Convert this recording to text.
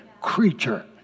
creature